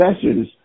sessions